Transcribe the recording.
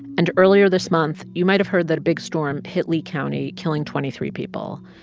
and earlier this month, you might have heard that a big storm hit lee county, killing twenty three people.